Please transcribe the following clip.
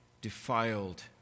defiled